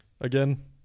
again